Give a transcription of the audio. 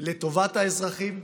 לטובת האזרחים,